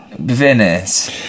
Venice